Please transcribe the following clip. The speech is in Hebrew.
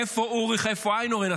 איפה אוריך, איפה איינהורן?